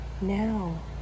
Now